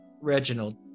Reginald